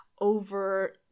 over